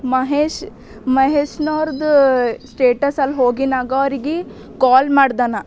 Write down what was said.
ಮಹೇಶ್ ಮಹೇಶ್ನವರ್ದು ಸ್ಟೇಟಸಲ್ಲಿ ಹೋಗಿ ನಗೋರ್ಗಿ ಕಾಲ್ ಮಾಡ್ದೆ ನಾ